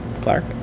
Clark